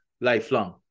lifelong